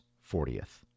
fortieth